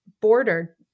bordered